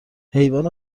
حیوان